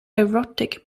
erotic